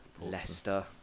Leicester